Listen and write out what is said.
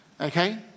Okay